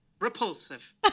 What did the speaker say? repulsive